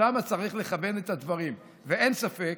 לשם צריך לכוון את הדברים, ואין ספק,